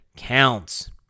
counts